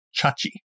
chachi